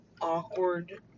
awkward